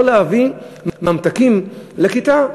הן לא להביא ממתקים לכיתה,